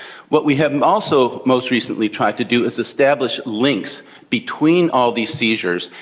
what we have also most recently tried to do is establish links between all these seizures.